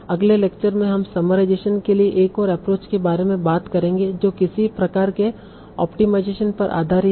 अगले लेक्चर में हम समराइजेशेन के लिए एक और एप्रोच के बारे में बात करेंगे जो किसी प्रकार के ऑप्टिमाइजेशन पर आधारित है